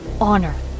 honor